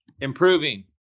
Improving